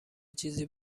چیزی